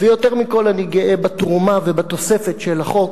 ויותר מכול אני גאה בתרומה ובתוספת של החוק